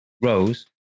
Rose